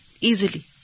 easily